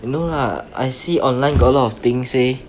no lah I see online got a lot of things say